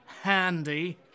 handy